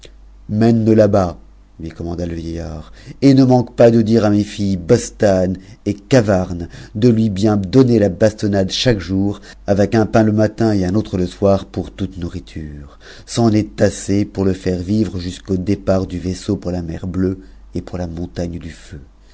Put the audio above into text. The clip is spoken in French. achevé mène le là-bas lui com auda le vieillard et ne manque pas de dire à mes filles bostane et amc de lui bien donner la bastonnade chaque jour avec un pain le min et un autre le soir pour toute nourriture c'en est assez pour le hue vivre jusqu'au départ du vaisseau pour la mer bleue et pour la mon gm du feu